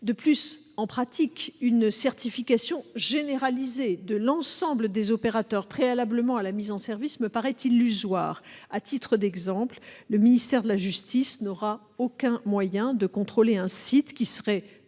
De plus, en pratique, une certification généralisée de l'ensemble des opérateurs préalablement à la mise en service de ce dispositif paraît illusoire. À titre d'exemple, le ministère de la justice n'aura aucun moyen de contrôler un site qui serait domicilié